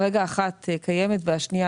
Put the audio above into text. כרגע אחת קיימת והשנייה,